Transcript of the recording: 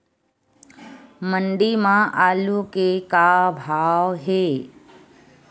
मंडी म आलू के का भाव हे?